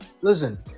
listen